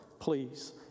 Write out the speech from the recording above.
please